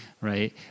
right